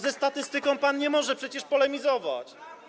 Ze statystyką pan nie może przecież polemizować.